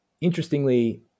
Interestingly